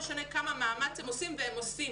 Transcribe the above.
משנה כמה מאמץ הם עושים והם עושים.